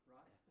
Right